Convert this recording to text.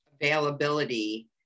availability